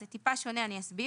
זה טיפה שונה אני אסביר.